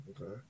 Okay